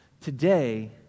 Today